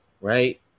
Right